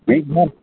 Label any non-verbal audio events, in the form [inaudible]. ᱢᱤᱫ [unintelligible]